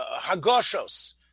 Hagoshos